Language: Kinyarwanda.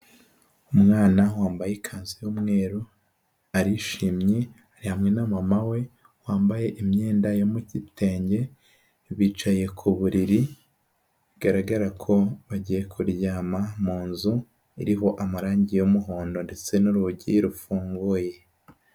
Umwana wambaye ikanzu y'umweru arishimye, ari hamwe na mama we wambaye imyenda yo mu gitenge, bicaye ku buriri bigaragara ko bagiye kuryama mu nzu iriho amarangi y'umuhondo ndetse n'urugi rufunguye.